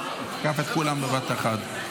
הוא תקף את כולם בבת אחת.